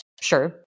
sure